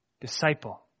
disciple